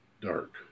Dark